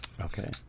Okay